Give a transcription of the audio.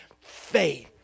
faith